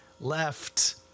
left